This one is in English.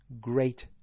Great